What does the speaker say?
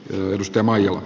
pyydystää mainio